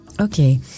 Okay